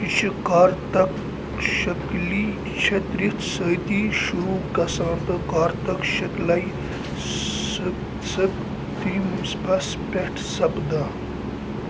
یہِ چھُ کارتَک شَکلی شَترِتھ سۭتی شروٗع گَژھان تہٕ کارتَک شَکلاے پٮ۪ٹھ سَپدان